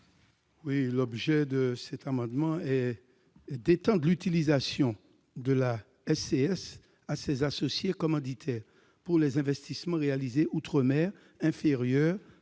L'objet de cet amendement est d'étendre l'utilisation de la SCS à ses associés commanditaires, pour les investissements réalisés en outre-mer inférieurs